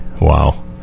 Wow